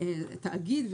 איזשהו תאגיד,